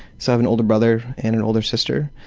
so i have an older brother and an older sister,